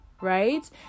right